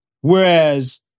Whereas